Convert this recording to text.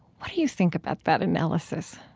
what do you think about that analysis?